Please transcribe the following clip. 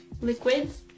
liquids